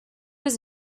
was